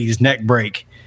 neck-break